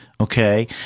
okay